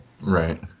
Right